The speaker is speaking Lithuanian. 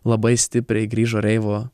labai stipriai grįžo reivo